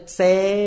say